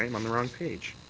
ah on the wrong page.